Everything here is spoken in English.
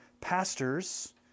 pastors